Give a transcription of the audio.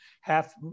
half